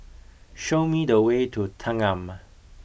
show me the way to Thanggam